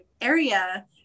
area